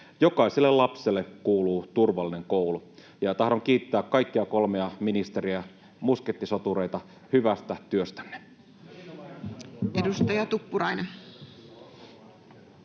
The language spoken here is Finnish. Jokaiselle lapselle kuuluu turvallinen koulu. Tahdon kiittää kaikkia kolmea ministeriä, muskettisotureita, hyvästä työstänne.